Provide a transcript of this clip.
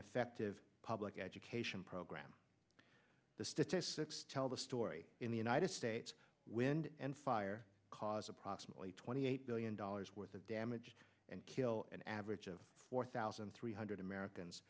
effective public education program the statistics tell the story in the united states wind and fire cause approximately twenty eight billion dollars worth of damage and kill an average of four thousand three hundred americans